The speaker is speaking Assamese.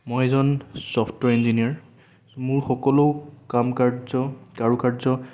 মই এজন চফ্টৱেৰ ইঞ্জিনিয়াৰ মোৰ সকলো কাম কাৰ্য্য কাৰুকাৰ্য্য